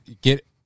get